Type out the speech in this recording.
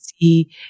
see